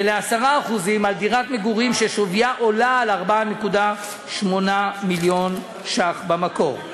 ול-10% על דירת מגורים ששווייה עולה על 4.8 מיליון ש"ח במקור.